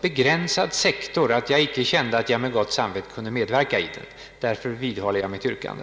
begränsad sektor att jag inte kände att jag med gott samvete kunde medverka i den. Därför vidhåller jag mitt yrkande.